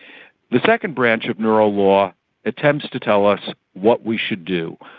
the second branch of neurolaw attempts to tell us what we should do.